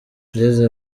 ngeze